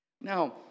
Now